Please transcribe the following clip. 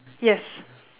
yes